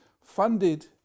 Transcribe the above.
funded